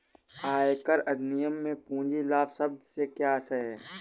आयकर अधिनियम में पूंजी लाभ शब्द से क्या आशय है?